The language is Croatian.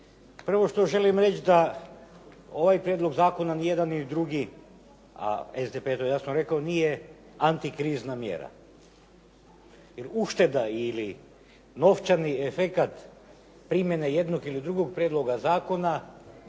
Prvo što želim reći da ovaj prijedlog zakona niti jedan ni drugi, a SDP je to jasno rekao nije antikrizna mjera. Jer ušteda ili novčani efekat primjene jednog ili drugog prijedloga zakona